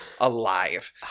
alive